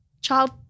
child